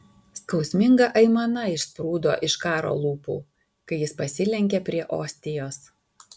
skausminga aimana išsprūdo iš karo lūpų kai jis pasilenkė prie ostijos